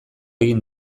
egin